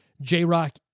J-Rock